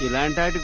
and and